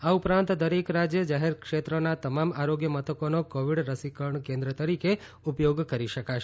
આ ઉપરાંત દરેક રાજ્ય જાહેર ક્ષેત્રના તમામ આરોગ્ય મથકોનો કોવિડ રસીકરણ કેન્દ્ર તરીકે ઉપયોગ કરી શકશે